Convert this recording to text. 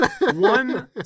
One